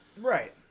Right